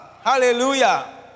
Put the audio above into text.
Hallelujah